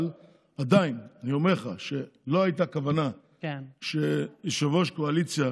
אבל עדיין אני אומר לך שלא הייתה כוונה שליושב-ראש הקואליציה